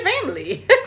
family